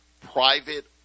private